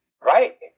Right